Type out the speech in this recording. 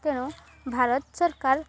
ତେଣୁ ଭାରତ ସରକାର